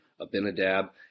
Abinadab